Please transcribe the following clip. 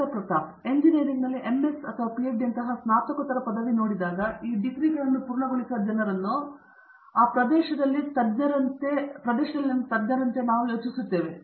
ಪ್ರತಾಪ್ ಹರಿಡೋಸ್ ಎಂಜಿನಿಯರಿಂಗ್ನಲ್ಲಿ ಎಂಎಸ್ ಅಥವಾ ಪಿಹೆಚ್ಡಿಯಂತಹ ಸ್ನಾತಕೋತ್ತರ ಪದವಿ ನೋಡಿದಾಗ ಈ ಡಿಗ್ರಿಗಳನ್ನು ಪೂರ್ಣಗೊಳಿಸುವ ಜನರನ್ನು ಆ ಪ್ರದೇಶದಲ್ಲಿನ ತಜ್ಞರಂತೆ ನಾವು ಯೋಚಿಸುತ್ತೇವೆ ಎಂದು ನಿಮಗೆ ತಿಳಿದಿದೆ